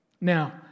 Now